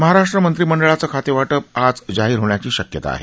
महाराष्ट्र मंत्रिमंडळाचं खातेवाटप आज जाहीर होण्याची शक्यता आहे